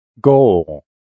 Goal